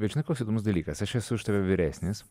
bet žinai koks įdomus dalykas aš esu už tave vyresnis